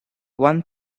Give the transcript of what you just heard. one